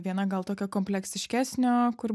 viena gal tokio kompleksiškesnio kur